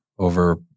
over